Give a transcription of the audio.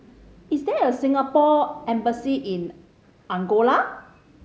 is there a Singapore Embassy in Angola